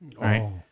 Right